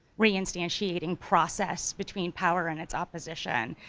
reinstantiating process between power and its opposition,